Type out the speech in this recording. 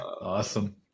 Awesome